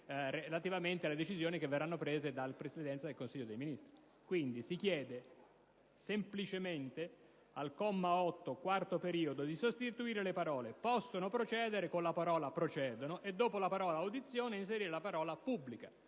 relativamente alle decisioni che verranno assunte dalla Presidenza del Consiglio dei ministri. Quindi, si chiede semplicemente, al comma 8, al quarto periodo, di sostituire le parole «possono procedere» con «procedono» e di inserire dopo la parola «audizioni» la seguente: «pubblica».